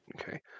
Okay